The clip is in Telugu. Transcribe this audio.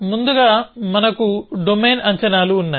ముందుగా మనకు డొమైన్ అంచనాలు ఉన్నాయి